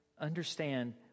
understand